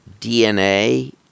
DNA